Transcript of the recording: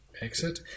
Exit